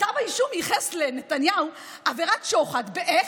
כתב האישום ייחס לנתניהו עבירת שוחד, איך?